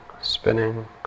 spinning